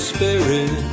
Spirit